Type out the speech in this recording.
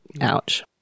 Ouch